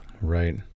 Right